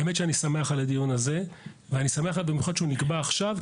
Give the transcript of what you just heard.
אני שמח על הדיון הזה ואני שמח במיוחד שהוא נקבע עכשיו,